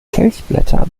kelchblätter